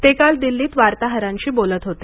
ते काल दिल्लीत वार्ताहरांशी बोलत होते